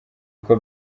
uko